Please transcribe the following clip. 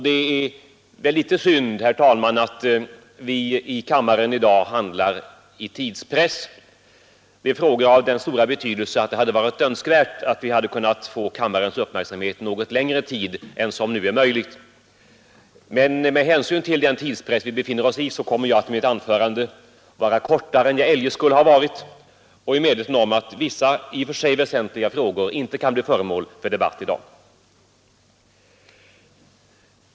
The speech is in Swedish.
Det är väl litet synd, herr talman, att vi i kammaren i dag handlar under tidspress. Det är frågor av så stor betydelse att det hade varit önskvärt att få kammarens uppmärksamhet under något längre tid än som nu är möjligt. Med hänsyn till den tidspress vi befinner oss under kommer mitt anförande att vara kortare än det eljest skulle ha varit, och jag är medveten om att vissa väsentliga frågor inte kan bli föremål för debatt i dag.